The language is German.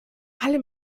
alle